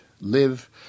live